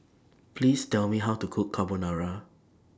Please Tell Me How to Cook Carbonara